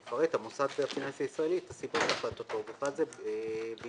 יפרט המוסד הפיננסי הישראלי את הסיבות להחלטתו ובכלל זה בהתייחס